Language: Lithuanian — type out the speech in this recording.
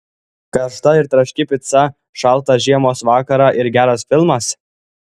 karšta traški pica šaltą žiemos vakarą ir geras filmas